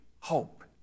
hope